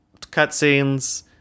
cutscenes